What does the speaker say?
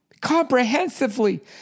Comprehensively